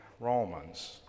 Romans